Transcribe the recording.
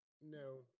no